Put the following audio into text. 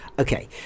Okay